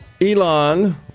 Elon